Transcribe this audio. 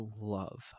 love